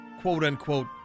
quote-unquote